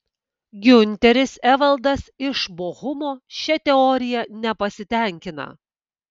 giunteris evaldas iš bochumo šia teorija nepasitenkina